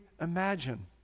imagine